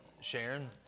Sharon